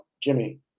Jimmy